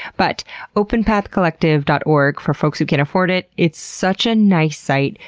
but openpathcollective dot org, for folks who can afford it, it's such a nice site.